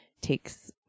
takes